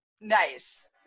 Nice